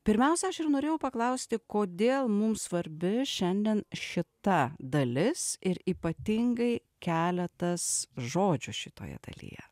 pirmiausia aš ir norėjau paklausti kodėl mums svarbi šiandien šita dalis ir ypatingai keletas žodžių šitoje dalyje